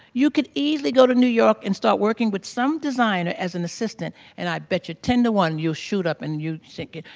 you could easily go to new york and start working with some designer as an assistant and i bet you ten to one you'll shoot up and you'd sink it.